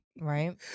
Right